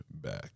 back